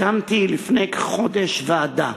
הקמתי לפני כחודש ועדה